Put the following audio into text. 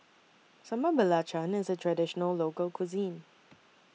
Sambal Belacan IS A Traditional Local Cuisine